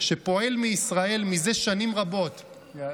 שפועל מישראל מזה שנים רבות ומשמש,